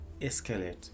escalate